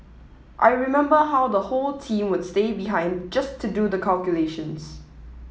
I remember how the whole team would stay behind just to do the calculations